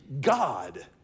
God